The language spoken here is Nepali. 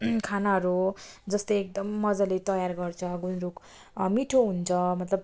खानाहरू हो जस्तै एकदम मजाले तयार गर्छ गुन्द्रुक मिठो हुन्छ मतलब